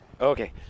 Okay